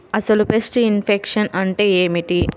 అసలు pest infection అంటే ఏమిటి?